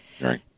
right